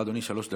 אדוני היושב-ראש,